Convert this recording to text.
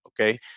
okay